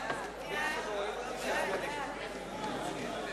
תדלוק אוטומטי),